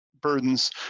burdens